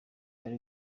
dore